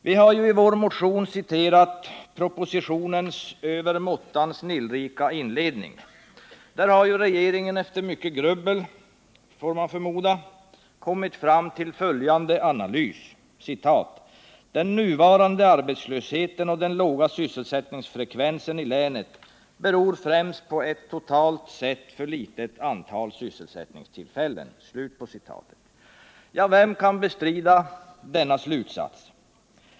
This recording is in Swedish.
Vi har i vår motion citerat propositionens över måttan snillrika inledning. Där har regeringen — efter mycket grubbel, får man förmoda —- kommit fram till följande analys: ”Den nuvarande arbetslösheten och den låga sysselsättningsfrekvensen i länet beror främst på ett totalt sett för litet antal arbetstillfällen.” Vem kan bestrida denna slutsats?